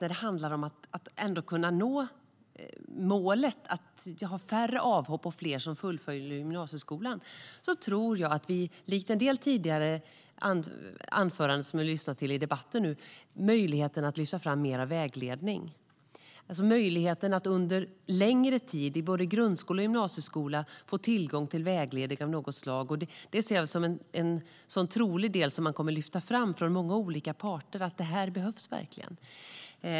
När det gäller målet att ha färre avhopp och fler som fullföljer gymnasieskolan tror jag, i likhet med en del andra som yttrat sig i debatten nu, på möjligheten att erbjuda mer vägledning. I både grund och gymnasieskola ska man under längre tid få tillgång till vägledning. Det ser jag som en del som man troligen kommer att lyfta fram från olika parter. Det behövs verkligen.